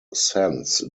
sense